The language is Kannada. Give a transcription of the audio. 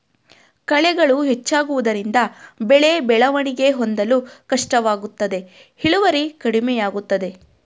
ಕಳೆಗಳು ಹೆಚ್ಚಾಗುವುದರಿಂದ ಬೆಳೆ ಬೆಳವಣಿಗೆ ಹೊಂದಲು ಕಷ್ಟವಾಗುತ್ತದೆ ಇಳುವರಿ ಕಡಿಮೆಯಾಗುತ್ತದೆ